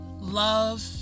love